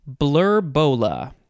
Blurbola